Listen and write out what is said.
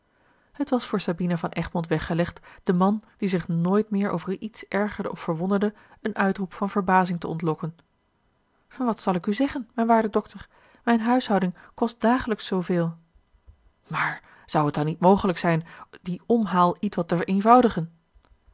het was voor sabina van egmond weggelegd den man die zich nooit meer over iets ergerde of verwonderde een uitroep van verbazing te ontlokken wat zal ik u zeggen mijn waarde dokter mijn huishouding kost dagelijks zooveel maar zou het dan niet mogelijk zijn dien omhaal ietwat te